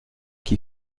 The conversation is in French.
qui